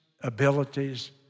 abilities